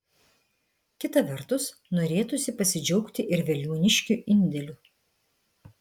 kita vertus norėtųsi pasidžiaugti ir veliuoniškių indėliu